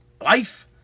life